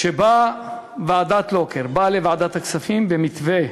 כשבאה ועדת לוקר לוועדת הכספים במתווה